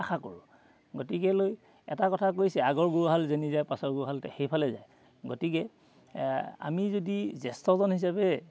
আশা কৰোঁ গতিকে লৈ এটা কথা কৈছে আগৰ গুৰুহাল যেনী যায় পাছৰ গুৰুহাল সেইফালে যায় গতিকে আমি যদি জ্যেষ্ঠজন হিচাপে